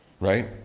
Right